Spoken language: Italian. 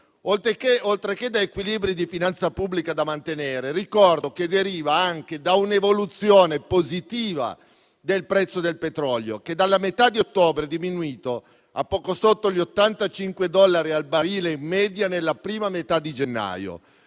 oltre che da equilibri di finanza pubblica da mantenere, ricordo che deriva anche da un'evoluzione positiva del prezzo del petrolio che dalla metà di ottobre è diminuito a poco sotto gli 85 dollari al barile in media nella prima metà di gennaio